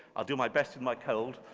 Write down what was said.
i'll do my best with my cold,